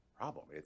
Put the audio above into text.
problem